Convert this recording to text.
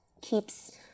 keeps